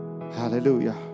Hallelujah